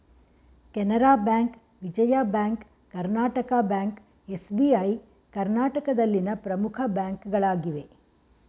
Canara bank, Vijaya bank, Karnataka bank, SBI ಕರ್ನಾಟಕದಲ್ಲಿನ ಪ್ರಮುಖ ಬ್ಯಾಂಕ್ಗಳಾಗಿವೆ